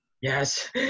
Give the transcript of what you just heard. Yes